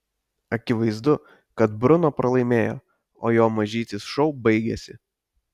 akivaizdu kad bruno pralaimėjo o jo mažytis šou baigėsi